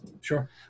Sure